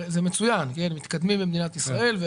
הרי זה מצוין, מתקדמים במדינת ישראל.